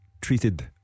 treated